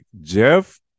Jeff